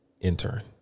intern